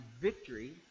victory